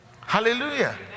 Hallelujah